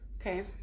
Okay